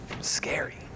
Scary